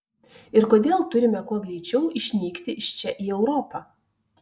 ir kodėl turime kuo greičiau išnykti iš čia į europą